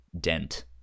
dent